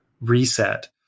reset